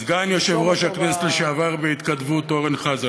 סגן יושב-ראש הכנסת לשעבר בהתכתבות אורן חזן,